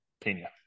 Pena